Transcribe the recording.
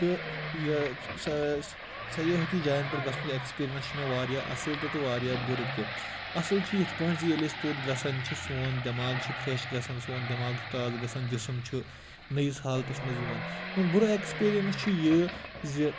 تہٕ سیِحٲتی جایَن پٮ۪ٹھ گژھنُک اٮ۪کٕسپیٖرینٛس چھِ مےٚ واریاہ اَصٕل تہِ تہٕ واریاہ بُرٕ تہِ اَصٕل چھُ یِتھ پٲٹھۍ زِ ییٚلہِ أسۍ توٚت گژھان چھِ سون دٮ۪ماغ چھُ فرٛش گژھان سون دٮ۪ماغ چھُ تازٕ گژھان جِسٕم چھُ نٔیِس حالتَس منٛز یِوان مگر بُرٕ اٮ۪کٕسپیٖرینٛس چھُ یہِ زِ